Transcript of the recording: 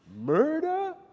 Murder